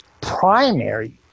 primary